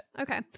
okay